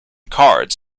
cards